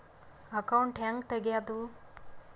Account ಹ್ಯಾಂಗ ತೆಗ್ಯಾದು?